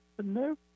No